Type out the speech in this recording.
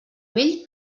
vell